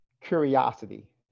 curiosity